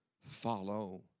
follow